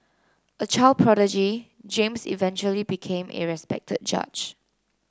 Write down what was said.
a child prodigy James eventually became a respected judge